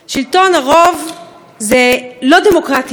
שלטון הרוב זה לא דמוקרטיה.